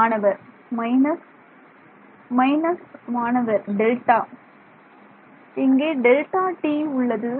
மாணவர் minus minus மாணவர்டெல்டா இங்கே Δt உள்ளது